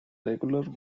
regular